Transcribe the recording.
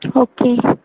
okay